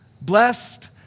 Blessed